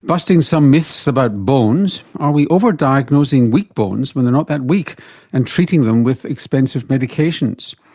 busting some myths about bones. are we over-diagnosing weak bones when they're not that weak and treating them with expensive medications?